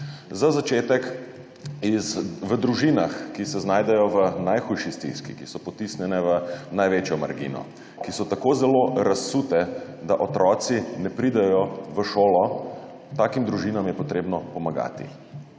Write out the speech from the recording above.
Za začetek, v družinah, ki se znajdejo v najhujši stiski, ki so potisnjene v največjo margino, ki so tako zelo razsute, da otroci ne pridejo v šolo, takim družinam je potrebno pomagati.